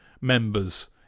members